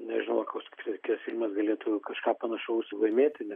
nežinau ar koks kitas filmas galėtų kažką panašaus laimėti net